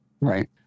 Right